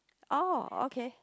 oh okay